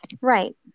right